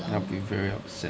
I'll be very upset